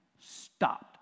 stopped